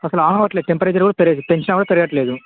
అసలు ఆన్ అవట్లే టెంపరేచరు కూడా పెంచిన కూడా పెరగట్లేదు